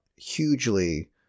Hugely